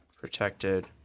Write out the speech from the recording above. protected